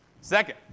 Second